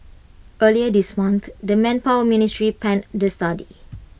earlier this month the manpower ministry panned the study